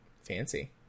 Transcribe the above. Fancy